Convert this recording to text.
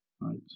Right